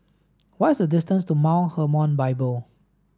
what is the distance to Mount Hermon Bible